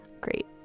great